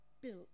built